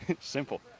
Simple